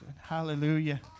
hallelujah